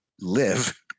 live